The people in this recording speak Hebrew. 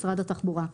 משרד התחבורה.